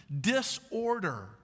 disorder